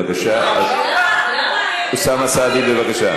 אוסאמה סעדי, בבקשה.